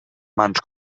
mans